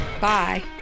bye